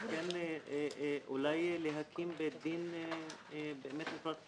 וכן אולי להקים בית דין באמת נפרד,